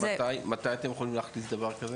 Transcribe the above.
אז מתי אתם יכולים להכניס דבר כזה?